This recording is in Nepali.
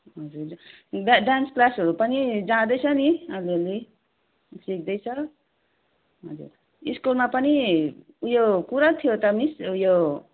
हजुर हजुर डा डान्स क्लासहरू पनि जाँदैछ नि अलिअलि सिक्दैछ हजुर स्कुलमा पनि उयो कुरा थियो त मिस उयो